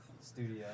studio